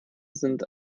sind